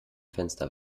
fenster